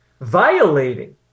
Violating